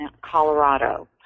Colorado